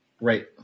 Right